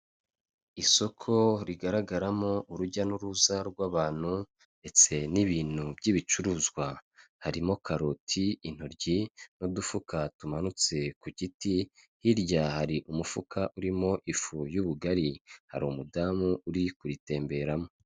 Isoko rigaragaramo urujya n'uruza rw'abantu ndetse n'ibintu by'ibicuruzwa, harimo karoti intoryi n'udufuka tumanutse ku giti, hirya hari umufuka urimo ifu y'ubugari, hari umudamu uri kuritemberamo.